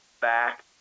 back